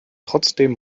trotzdem